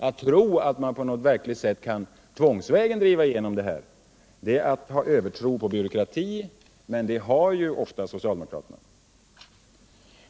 Att tro att man verkligen tvångsvägen kan driva igenom det här är att ha övertro på byråkrati, men det har ju ofta socialdemokraterna.